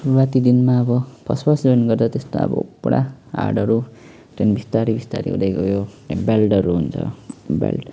सुरुआती दिनमा अब first first join गर्दा त्यस्तो अब पुरा हार्डहरू त्यहाँदेखि बिस्तारै बिस्तारै हुँदै गयो त्यहाँदेखि बेल्डहरू हुन्छ बेल्ट